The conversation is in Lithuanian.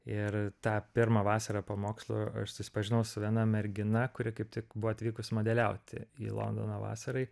ir tą pirmą vasarą po mokslų aš susipažinau su viena mergina kuri kaip tik buvo atvykus modeliauti į londoną vasarai